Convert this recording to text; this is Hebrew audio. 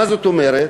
מה זאת אומרת?